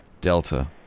Delta